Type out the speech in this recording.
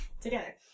Together